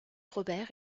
robert